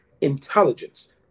Intelligence